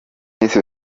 miss